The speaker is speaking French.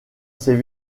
ses